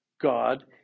God